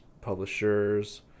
publishers